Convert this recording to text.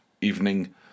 evening